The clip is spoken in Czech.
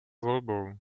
volbou